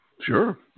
Sure